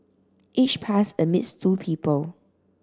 each pass admits two people